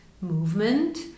movement